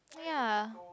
ya